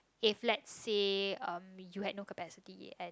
if lets say um you had no capacity and